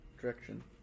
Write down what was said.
direction